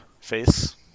face